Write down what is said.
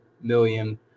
million